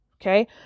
Okay